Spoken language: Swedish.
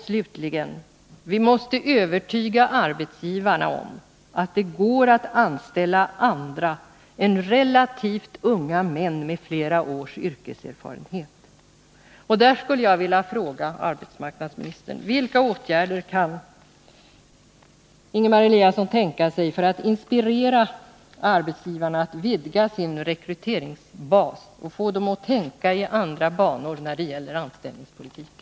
Slutligen måste vi övertyga arbetsgivarna om att det går att anställa andra än relativt unga män med flera års yrkeserfarenhet. I detta sammanhang skulle jag vilja fråga arbetsmarknadsministern: Vilka åtgärder kan Ingemar Eliasson tänka sig för att inspirera arbetsgivarna att vidga sin rekryteringsbas och få dem att tänka i andra banor när det gäller anställningspolitiken?